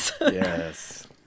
Yes